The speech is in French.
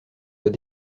soit